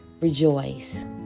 rejoice